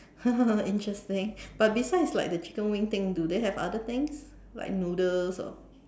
interesting but besides it's like the chicken wing thing do they have other things like noodles or